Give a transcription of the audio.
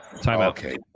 Timeout